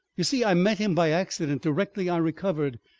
you see i met him by accident directly i recovered.